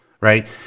right